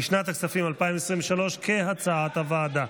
לשנת הכספים 2023, כהצעת הוועדה.